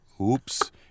oops